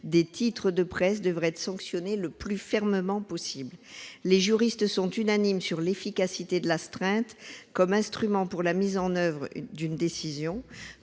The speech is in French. des titres de presse devraient être sanctionnés le plus fermement possible. Les juristes sont unanimes sur l'efficacité de l'astreinte comme instrument pour la mise en oeuvre d'une décision.